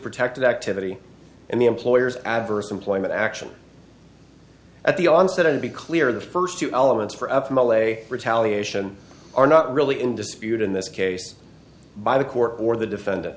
protected activity and the employer's adverse employment action at the onset and be clear the first two elements for up from a lay retaliation are not really in dispute in this case by the court or the defendant